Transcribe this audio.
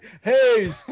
Hey